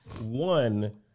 One